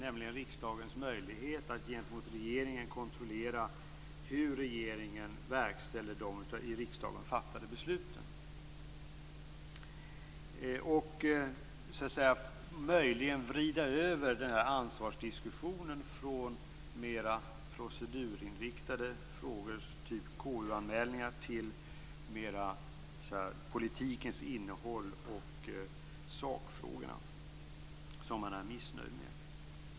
Det handlar om riksdagens möjlighet att gentemot regeringen kontrollera hur regeringen verkställer de i riksdagen fattade besluten. Möjligen kommer jag att vrida över den här ansvarsdiskussionen från mera procedurinriktade frågor typ KU-anmälningar till politikens innehåll och de sakfrågor som man är missnöjd med.